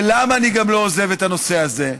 ולמה אני גם לא עוזב את הנושא הזה?